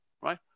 right